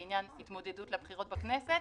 לעניין ההתמודדות לבחירות בכנסת,